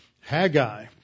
Haggai